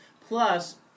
plus